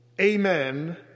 amen